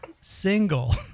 single